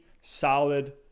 solid